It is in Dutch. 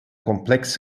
complex